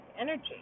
energy